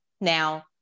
Now